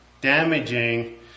damaging